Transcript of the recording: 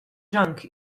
junk